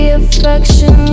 affection